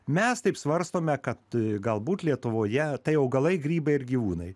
mes taip svarstome kad galbūt lietuvoje tai augalai grybai ir gyvūnai